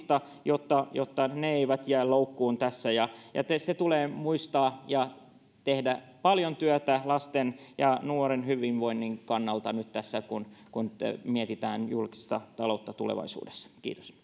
jotta jotta he eivät jää loukkuun se tulee muistaa ja tehdä paljon työtä lasten ja nuorten hyvinvoinnin kannalta nyt kun kun mietitään julkista taloutta tulevaisuudessa